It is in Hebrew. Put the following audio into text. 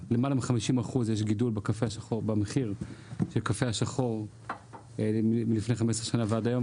יש גידול של למעלה מ-50% במחיר הקפה השחור מלפני 15 שנה ועד היום,